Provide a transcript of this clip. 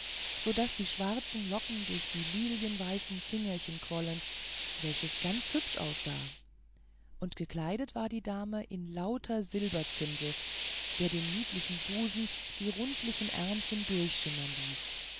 so daß die schwarzen locken durch die lilienweißen fingerchen quollen welches ganz hübsch aussah und gekleidet war die dame in lauter silberzindel der den niedlichen busen die rundlichen ärmchen durchschimmern ließ